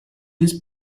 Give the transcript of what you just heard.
his